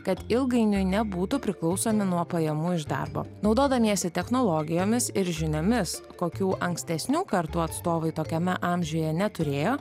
kad ilgainiui nebūtų priklausomi nuo pajamų iš darbo naudodamiesi technologijomis ir žiniomis kokių ankstesnių kartų atstovai tokiame amžiuje neturėjo